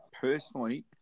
personally